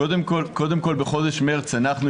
קודם כול בחודש מרץ אנחנו,